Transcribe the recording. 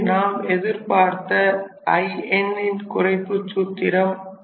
இதுவே நாம் எதிர்ப்பார்த்த In ன் குறைப்புச் சூத்திரம்